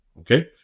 Okay